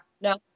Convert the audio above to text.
No